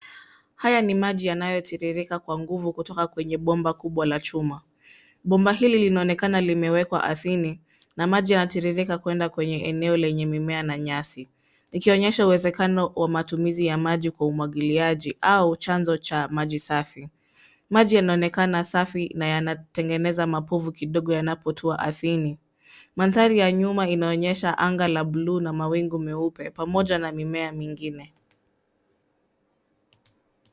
Haya ni maji yanayotiririka kwa nguvu kutoka kwenye bomba kubwa la chuma. Bomba hili linaonekana limewekwa ardhini na maji yanatiririka kwenda kwenye eneo lenye mimea na nyasi. Ikionyesha uwezekano wa matumizi ya maji kwa umwagiliaji au chanzo cha maji safi. Maji yanaonekana safi na yanategeneza mapovu kidogo yanapotua ardhini. Mandhari ya nyuma inaonyesha anga la bluu na mawingu meupe pamoja na mimea mingine.